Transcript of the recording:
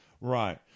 right